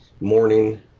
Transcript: morning